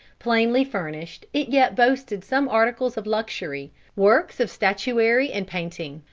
plainly furnished, it yet boasted some articles of luxury works of statuary and painting,